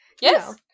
Yes